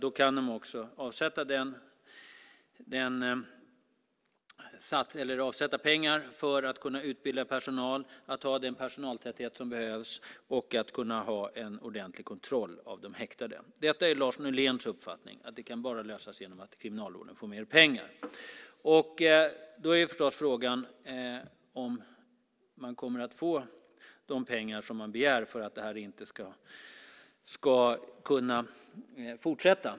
Då kan de avsätta pengar för att utbilda personal, för att ha den personaltäthet som behövs och för att kunna ha en ordentlig kontroll av de häktade. Detta är Lars Nyléns uppfattning, att det bara kan lösas genom att Kriminalvården får mer pengar. Då är förstås frågan om man kommer att få de pengar som man begär för att det här inte ska kunna fortsätta.